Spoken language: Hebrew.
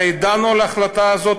הרי דנו על ההחלטה הזאת,